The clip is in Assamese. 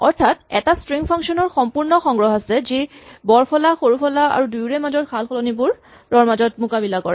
অৰ্থাৎ এটা স্ট্ৰিং ফাংচন ৰ সম্পূৰ্ণ সংগ্ৰহ আছে যি বৰফলা সৰুফলা আৰু দুয়োৰে মাজৰ সালসলিবোৰৰ মাজত মোকাবিলা কৰে